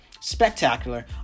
spectacular